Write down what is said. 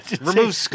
Remove